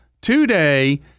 today